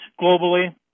globally